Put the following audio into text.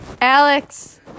Alex